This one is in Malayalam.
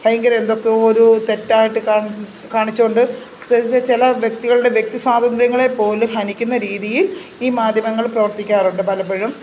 ഭയങ്കരം എന്തൊക്കെയോ ഒരു തെറ്റായിട്ട് കാണിച്ചു കൊണ്ട് ചില വ്യക്തികളുടെ വ്യക്തി സ്വാതന്ത്ര്യങ്ങളെ പോലും ഹനിക്കുന്ന രീതിയിൽ ഈ മാധ്യമങ്ങൾ പ്രവർത്തിക്കാറുണ്ട് പലപ്പോഴും